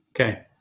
Okay